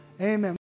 amen